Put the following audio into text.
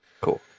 Cool